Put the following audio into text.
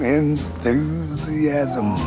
enthusiasm